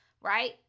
right